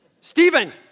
Stephen